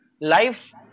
life